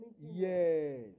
Yes